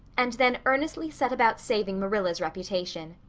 and then earnestly set about saving marilla's reputation.